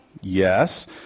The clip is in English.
Yes